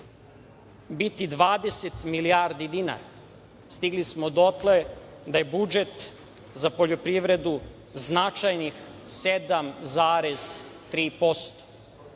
biti 20 milijardi dinara. Stigli smo dotle da je budžet za poljoprivredu značajnih 7,3%.